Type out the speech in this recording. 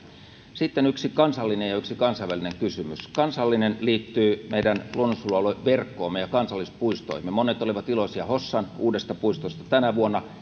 sitten yksi kansallinen ja yksi kansainvälinen kysymys kansallinen liittyy meidän luonnonsuojelualueverkkoomme ja kansallispuistoihimme monet olivat iloisia hossan uudesta puistosta tänä vuonna